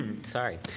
Sorry